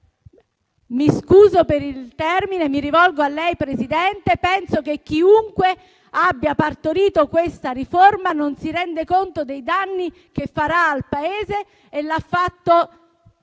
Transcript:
Mi scuso per il termine, e mi rivolgo a lei, Presidente. Penso che chiunque abbia partorito questa riforma non si renda conto dei danni che farà al Paese e l'ha fatto